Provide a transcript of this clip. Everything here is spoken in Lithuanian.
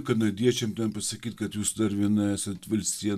kanadiečiam ten pasakyt kad jūs dar viena esat valstija